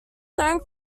don’t